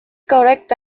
correct